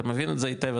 אתה מבין את זה היטב,